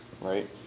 right